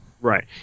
Right